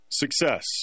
Success